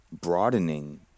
broadening